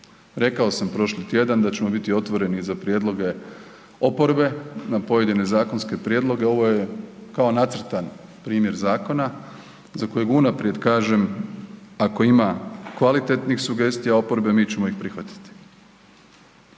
Rekao sam prošli tjedan da ćemo biti otvorene za prijedloge oporbe na pojedine zakonske prijedloge, ovo je kao nacrtan primjer zakona za kojeg unaprijed kažem ako ima kvalitetnih sugestija oporbe mi ćemo ih prihvatiti,